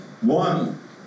One